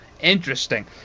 Interesting